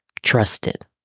trusted